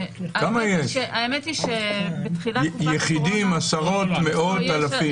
יחידים, עשרות, מאות, אלפים?